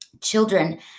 Children